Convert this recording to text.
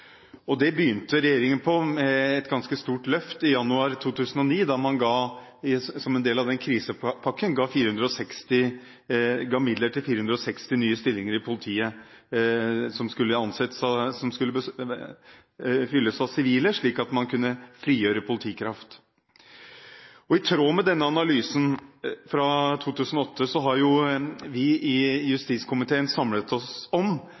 Det begynte regjeringen på, med et ganske stort løft i januar 2009, da man som en del krisepakken ga midler til 460 nye stillinger i politiet – stillinger som skulle fylles av sivile, slik at man kunne frigjøre politikraft. I tråd med denne analysen fra 2008 har vi i justiskomiteen samlet oss om